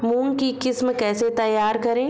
मूंग की किस्म कैसे तैयार करें?